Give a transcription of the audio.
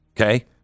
Okay